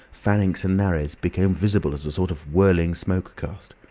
pharynx and nares, became visible as a sort of whirling smoke cast.